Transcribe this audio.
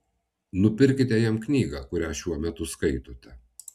nupirkite jam knygą kurią šiuo metu skaitote